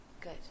Good